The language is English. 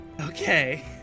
Okay